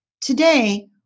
Today